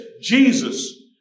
Jesus